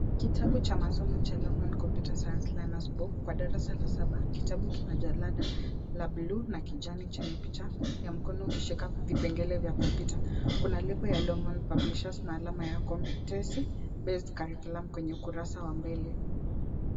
Kitabu cha masomo cha Longhorn computer science learners book kwa darasa la saba, kitabu kina jalada la bluu na kijani chenye picha ya mkono ukishika vipengele vya kompyuta, kuna lebo ya Longhorn Publishers na alama ya competency-based curriculum kwenye ukurasa wa mbele.